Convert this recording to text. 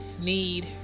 need